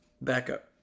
backup